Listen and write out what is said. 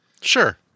Sure